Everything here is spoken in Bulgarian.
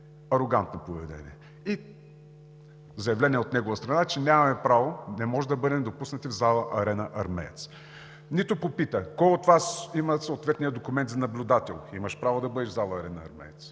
Арогантно поведение и заявление от негова страна, че нямаме право, не можем да бъдем допуснати в зала „Арена Армеец“. Нито попита: „Кой от Вас има съответния документ за наблюдател?“ – имаш право да бъдеш в зала „Арена Армеец“,